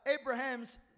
Abraham's